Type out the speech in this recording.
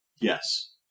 Yes